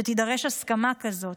שתידרש הסכמה כזאת,